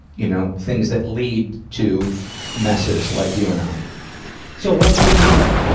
you know, things that lead to messes like you and i. so, what's a good memory?